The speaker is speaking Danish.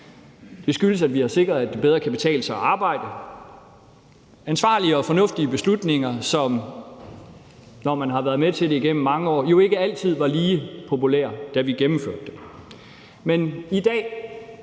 det skyldes, at vi har sikret, at det bedre kan betale sig at arbejde. Det er ansvarlige og fornuftige beslutninger, som vi, når man har været med til det igennem mange år, jo ved ikke altid var lige populære, da vi gennemførte dem.